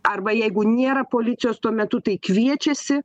arba jeigu nėra policijos tuo metu tai kviečiasi